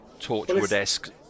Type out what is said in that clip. Torchwood-esque